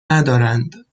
ندارند